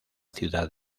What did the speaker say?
ciudad